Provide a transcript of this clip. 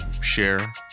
Share